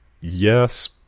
yes